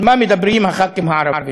על מה מדברים הח"כים הערבים?